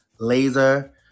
Laser